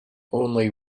only